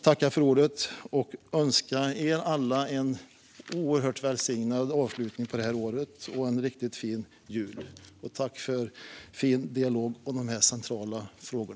Jag önskar er alla en oerhört välsignad avslutning på det här året och en riktigt fin jul. Tack för fin dialog i dessa centrala frågor!